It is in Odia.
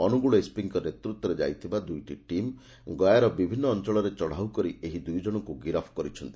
ଅନୁଗୁଳ ଏସ୍ପିଙ୍କ ନେତୂତ୍ୱରେ ଯାଇଥିବା ଦୁଇଟି ଟିମ୍ ଗୟାର ବିଭିନ୍ ଅଞ୍ଞଳରେ ଚଢ଼ାଉ କରି ଏହି ଦୁଇ ଜଣଙ୍କୁ ଗିରଫ୍ କରିଛନ୍ତି